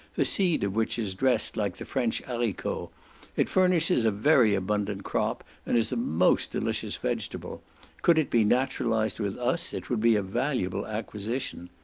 the seed of which is dressed like the french harico it furnishes a very abundant crop, and is a most delicious vegetable could it be naturalised with us it would be a valuable acquisition.